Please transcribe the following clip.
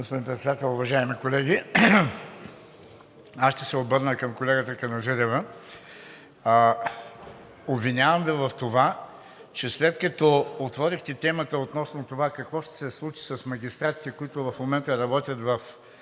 Господин Председател, уважаеми колеги! Ще се обърна към колегата Каназирева. Обвинявам Ви в това, че след като отворихте темата относно това какво ще се случи с магистратите, които в момента работят в